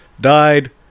Died